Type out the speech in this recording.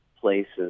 places